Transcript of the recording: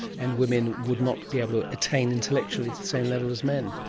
and women would not be able to attain intellectually the same level as men.